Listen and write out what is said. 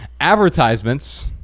advertisements